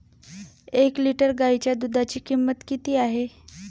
एक लिटर गाईच्या दुधाची किंमत किती आहे?